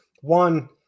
One